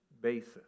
basis